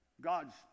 God's